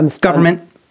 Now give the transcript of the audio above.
Government